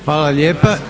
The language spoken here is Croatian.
Hvala lijepa.